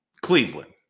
Cleveland